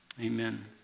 Amen